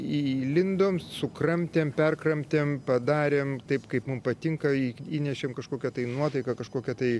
įlindom sukramtėm perkramtėm padarėm taip kaip mum patinka įnešėm kažkokią tai nuotaiką kažkokią tai